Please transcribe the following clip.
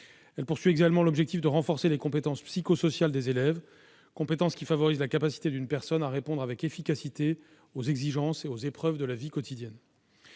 Elle poursuit également l'objectif de renforcer les compétences psychosociales des élèves ; compétences qui favorisent la capacité d'une personne à répondre avec efficacité aux exigences et aux épreuves de la vie quotidienne.